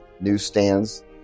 newsstands